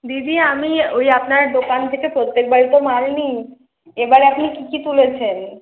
দিদি আমি ওই আপনার দোকান থেকে প্রত্যেকবারই তো মাল নিই এবারে আপনি কী কী তুলেছেন